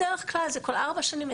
בדרך כלל כל ארבע שנים,